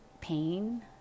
pain